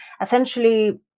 Essentially